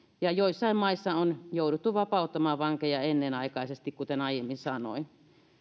ja joissain maissa on jouduttu vapauttamaan vankeja ennenaikaisesti kuten aiemmin sanoin